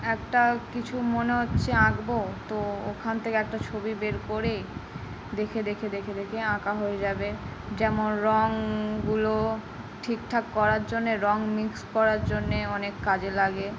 একটা কিছু মনে হচ্ছে আঁকব তো ওখান থেকে একটা ছবি বের করে দেখে দেখে দেখে দেখে আঁকা হয়ে যাবে যেমন রংগুলো ঠিকঠাক করার জন্যে রং মিক্স করার জন্য অনেক কাজে লাগে